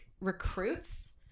recruits